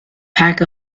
pack